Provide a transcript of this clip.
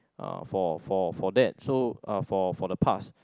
uh for for for that so uh for for the pass